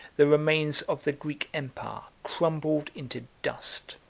the remains of the greek empire crumbled into dust.